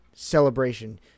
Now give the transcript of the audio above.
Celebration